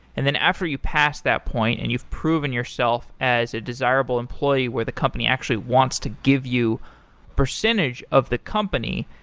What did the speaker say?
and then after you pass that point and you've proven yourself as a desirable employee where the company actually wants to give you percentage of the company,